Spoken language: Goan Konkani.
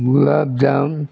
गुलाब जाम